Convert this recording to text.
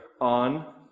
on